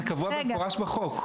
זה קבוע במפורש בחוק.